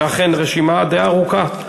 ואכן, רשימה די ארוכה.